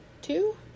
two